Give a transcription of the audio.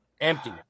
empty